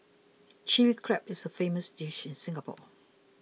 Chilli Crab is a famous dish in Singapore